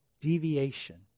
deviation